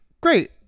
great